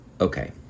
Okay